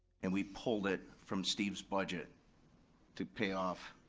and we pulled it from steve's budget to pay off,